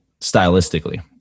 stylistically